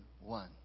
one